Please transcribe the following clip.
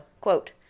quote